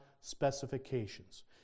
Specifications